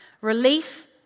relief